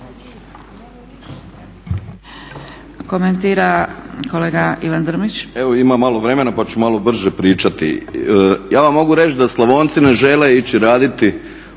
Komentar kolega Goran Marić.